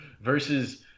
versus –